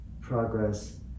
progress